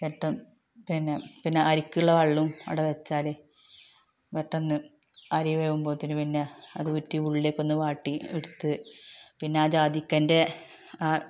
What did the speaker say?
എത്തും പിന്നെ പിന്നെ അരിക്കുള്ള വെള്ളവും അവിടെ വെച്ചാല് പെട്ടെന്ന് അരി വേവുമ്പോഴത്തേന് പിന്നെ അത് ഊറ്റി ഉള്ളിയൊക്കെ ഒന്ന് വാട്ടി എടുത്ത് പിന്നെ ആ ജാതിക്കേൻ്റെ ആ